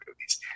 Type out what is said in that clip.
movies